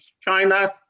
China